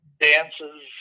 dances